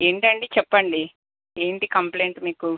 ఏంటండి చెప్పండి ఏంటి కంప్లైంట్ మీకు